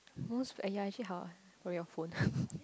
most but !aiya! actually how ah from your phone